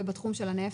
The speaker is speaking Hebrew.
ובתחום של הנפט?